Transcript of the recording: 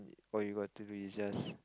what you got to do is just